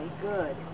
good